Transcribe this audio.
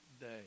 day